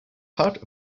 part